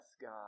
God